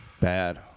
Bad